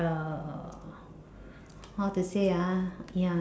uh how to say ah ya